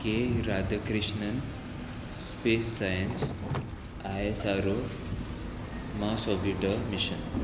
K Radhakrishnan space science I S R O Mars orbiter mission